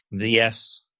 Yes